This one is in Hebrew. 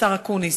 השר אקוניס.